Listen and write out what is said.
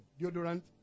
deodorant